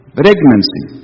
pregnancy